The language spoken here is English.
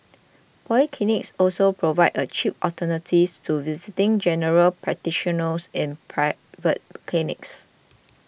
polyclinics also provide a cheap alternative to visiting General Practitioners in private clinics